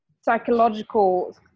psychological